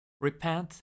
Repent